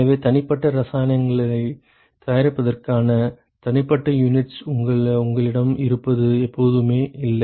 எனவே தனிப்பட்ட இரசாயனங்களைத் தயாரிப்பதற்கான தனிப்பட்ட யூனிட்ஸ் உங்களிடம் இருப்பது எப்போதுமே இல்லை